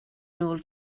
nôl